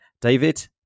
David